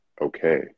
okay